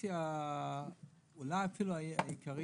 החצי אולי אפילו העיקרי